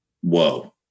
whoa